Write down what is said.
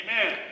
Amen